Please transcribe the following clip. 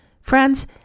Friends